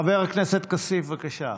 חבר הכנסת כסיף, בבקשה.